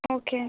okay